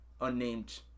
unnamed